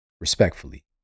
respectfully